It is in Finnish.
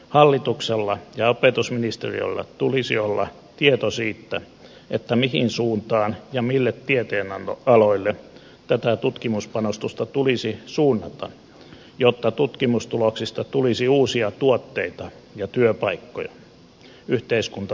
hallituksella ja opetusministeriöllä tulisi olla tieto siitä mihin suuntaan ja mille tieteenaloille tätä tutkimuspanostusta tulisi suunnata jotta tutkimustuloksista tulisi uusia tuotteita ja työpaikkoja yhteiskuntamme tarpeisiin